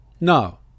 No